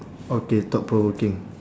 okay thought-provoking